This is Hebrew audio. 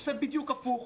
עושה בדיוק הפוך.